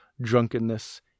drunkenness